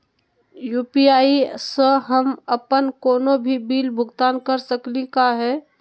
UPI स हम अप्पन कोनो भी बिल भुगतान कर सकली का हे?